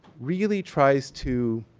really tries to,